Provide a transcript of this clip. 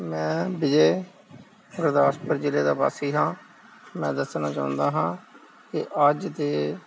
ਮੈਂ ਵਿਜੇ ਗੁਰਦਾਸਪੁਰ ਜਿਲੇ ਦਾ ਵਾਸੀ ਹਾਂ ਮੈਂ ਦੱਸਣਾ ਚਾਹੁੰਦਾ ਹਾਂ ਕਿ ਅੱਜ ਦੇ